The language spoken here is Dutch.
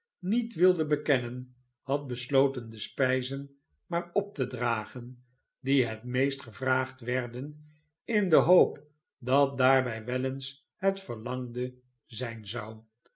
niet wilde bekennen had besloten de spijzen maar op te dragen die het meest gevraagd werden in de hoop dat daarbij wel eens het verlangde zijn zou